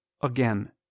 again